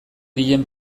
dien